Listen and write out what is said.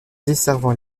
desservant